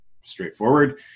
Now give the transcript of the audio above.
Straightforward